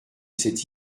cette